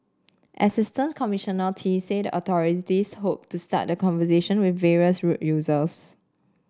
Assistant Commissioner Tee said the authorities hoped to start the conversation with various road users